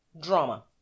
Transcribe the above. Drama